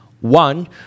One